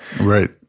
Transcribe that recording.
Right